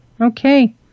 Okay